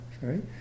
sorry